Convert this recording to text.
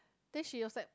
then she was like